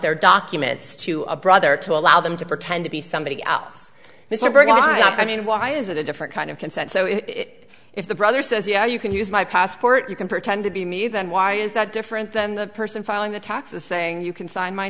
their documents to a brother to allow them to pretend to be somebody else mr berger i mean why is it a different kind of consent so it if the brother says you know you can use my passport you can pretend to be me then why is that different than the person filing the taxes saying you can sign my